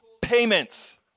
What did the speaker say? payments